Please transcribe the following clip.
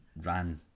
ran